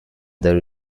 there